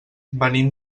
venim